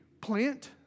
plant